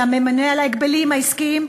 הממונה על ההגבלים העסקיים,